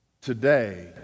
today